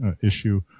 issue